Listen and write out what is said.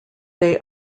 they